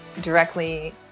directly